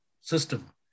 system